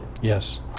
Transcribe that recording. Yes